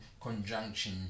conjunction